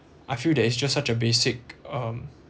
I feel that it's just such a basic um